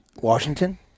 Washington